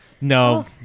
No